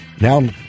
now